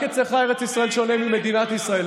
מיקי, רק אצלך ארץ ישראל שונה ממדינת ישראל.